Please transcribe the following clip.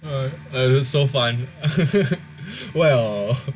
that's so fun well